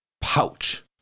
pouch